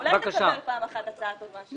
אולי תקבל פעם אחת הצעה טובה שלי?